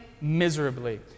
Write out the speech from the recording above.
miserably